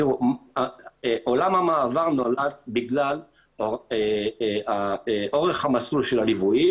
עולם המעבר נולד בגלל אורך המסלול של הליוויים